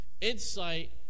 insight